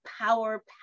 power